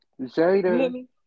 Jada